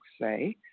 say